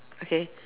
okay